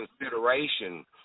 consideration